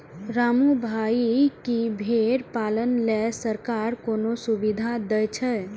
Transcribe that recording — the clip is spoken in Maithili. रामू भाइ, की भेड़ पालन लेल सरकार कोनो सुविधा दै छै?